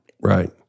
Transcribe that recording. Right